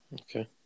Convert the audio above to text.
Okay